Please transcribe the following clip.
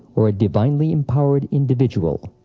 or a divinely-empowered individual.